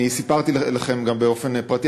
אני סיפרתי לכם גם באופן פרטי,